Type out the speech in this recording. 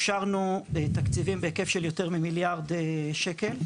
אישרנו תקציבים בהיקף של יותר ממיליארד שקל,